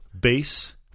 Base